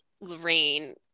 Lorraine